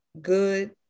good